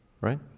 right